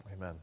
Amen